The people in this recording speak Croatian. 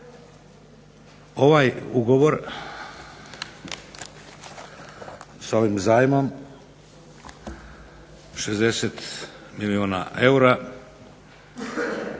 Ovaj ugovor sa ovim zajmom 60 milijuna eura